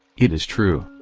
it is true,